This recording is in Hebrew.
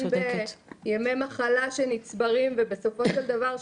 בין בימי מחלה שנצברים ובסופו של דבר,